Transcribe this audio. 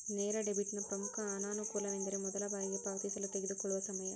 ನೇರ ಡೆಬಿಟ್ನ ಪ್ರಮುಖ ಅನಾನುಕೂಲವೆಂದರೆ ಮೊದಲ ಬಾರಿಗೆ ಪಾವತಿಸಲು ತೆಗೆದುಕೊಳ್ಳುವ ಸಮಯ